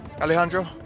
Alejandro